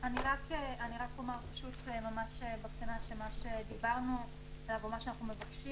רק אומר בקטנה שמה שדיברנו עליו ומה שאנחנו מבקשים